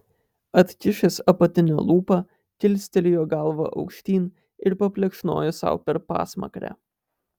atkišęs apatinę lūpą kilstelėjo galvą aukštyn ir paplekšnojo sau per pasmakrę